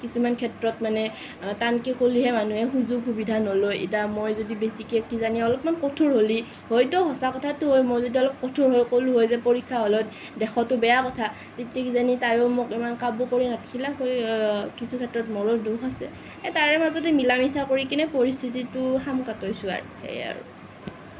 কিছুমান ক্ষেত্ৰত মানে আ টানকৈ ক'লেহে মানুহে সুযোগ সুবিধা নলয় এতিয়া মই যদি বেছিকৈ কিজানি অলপমান কঠোৰ হ'লে হয়তো সঁচা কথাতো হয় মই যদি কঠোৰ হৈ ক'লো হয় যে পৰীক্ষা হলত দেখুৱাটো বেয়া কথা তেতিয়া কিজানি তায়ো মোক ইমান কাবৌ কৰি নাথাকিলে হয় কিছুক্ষেত্ৰত মোৰো দোষ আছে এ তাৰে মাজতে মিলা মিছা কৰি কেনে পৰিস্থিতিটো শাম কাটিছোঁ আৰু সেয়ে আৰু